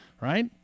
right